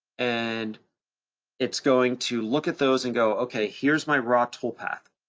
and it's going to look at those and go, okay, here's my raw toolpath.